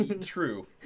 True